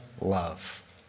love